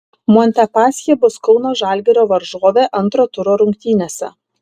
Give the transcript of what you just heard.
montepaschi bus kauno žalgirio varžovė antro turo rungtynėse